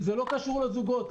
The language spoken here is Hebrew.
זה לא קשור לזוגות.